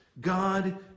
God